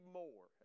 more